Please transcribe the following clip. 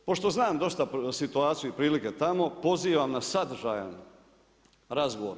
Pošto znam dosta situacija i prilika tamo, pozivam na sadržajan razgovor.